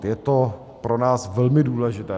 Je to pro nás velmi důležité.